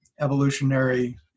evolutionary